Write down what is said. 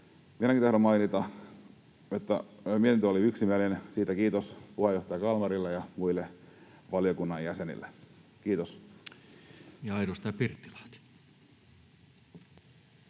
Minäkin tahdon mainita, että mietintö oli yksimielinen. Siitä kiitos puheenjohtaja Kalmarille ja muille valiokunnan jäsenille. — Kiitos.